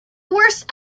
worst